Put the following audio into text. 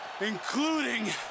including